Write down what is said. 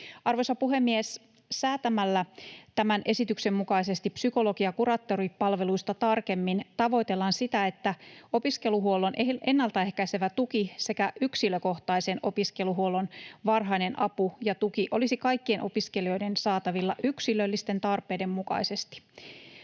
Arvoisa puhemies! Säätämällä tämän esityksen mukaisesti psykologi‑ ja kuraattoripalveluista tarkemmin tavoitellaan sitä, että opiskeluhuollon ennalta ehkäisevä tuki sekä yksilökohtaisen opiskeluhuollon varhainen apu ja tuki olisivat kaikkien opiskelijoiden saatavilla yksilöllisten tarpeiden mukaisesti.